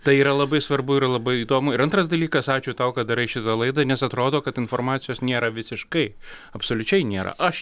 tai yra labai svarbu yra labai įdomu ir antras dalykas ačiū tau kad darai šitą laidą nes atrodo kad informacijos nėra visiškai absoliučiai nėra aš